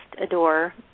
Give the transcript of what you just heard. adore